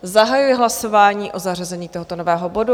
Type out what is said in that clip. Zahajuji hlasování o zařazení tohoto nového bodu.